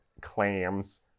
Clams